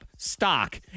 Stock